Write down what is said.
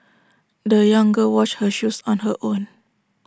the young girl washed her shoes on her own